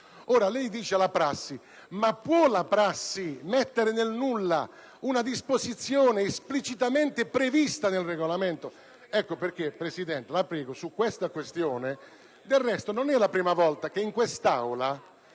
citando la prassi: ma può la prassi mettere nel nulla una disposizione esplicitamente prevista nel Regolamento? Ecco perché, signor Presidente, io la sollecito su questa questione. Del resto, non è la prima volta che, in quest'Aula,